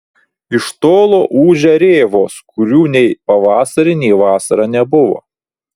iš tolo ūžia rėvos kurių nei pavasarį nei vasarą nebuvo